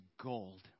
gold